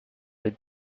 with